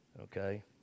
Okay